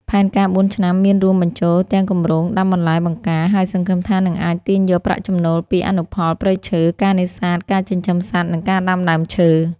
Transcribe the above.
ផែនការបួនឆ្នាំមានរួមបញ្ចូលទាំងគម្រោងដាំបន្លែបង្ការ ហើយសង្ឃឹមថានឹងអាចទាញយកប្រាក់ចំណូលពីអនុផល ព្រៃឈើ ការនេសាទ ការចិញ្ចឹមសត្វ និងការដាំដើមឈើ។